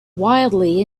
wildly